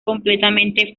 completamente